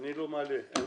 אני לא מעלה את החוק.